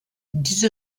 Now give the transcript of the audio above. diese